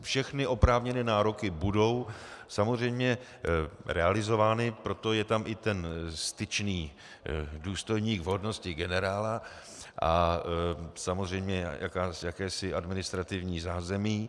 Všechny oprávněné nároky budou samozřejmě realizovány, proto je tam také i ten styčný důstojník v hodnosti generála a samozřejmě jakési administrativní zázemí.